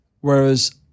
Whereas